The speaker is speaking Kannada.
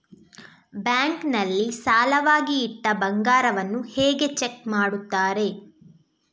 ಬ್ಯಾಂಕ್ ನಲ್ಲಿ ಸಾಲವಾಗಿ ಇಟ್ಟ ಬಂಗಾರವನ್ನು ಹೇಗೆ ಚೆಕ್ ಮಾಡುತ್ತಾರೆ?